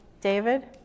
David